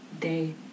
day